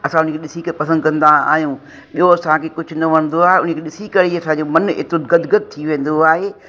असां हुनखे ॾिसी करे पसंदि कंदा आहियूं ॿियों असांखे कुझु न वणंदो आहे हुनखे ॾिसी करे ई असांजो मनु एतिरो गदगद थी वेंदो आहे